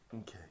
Okay